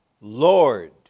Lord